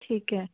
ਠੀਕ ਹੈ